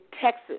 Texas